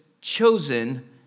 chosen